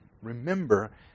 remember